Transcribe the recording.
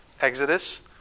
Exodus